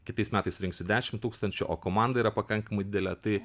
kitais metais surinksiu dešim tūkstančių o komanda yra pakankamai didelė tai